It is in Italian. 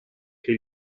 che